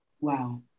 wow